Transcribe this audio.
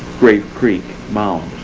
grave creek mound.